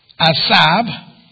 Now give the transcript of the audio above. Asab